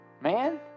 man